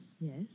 Yes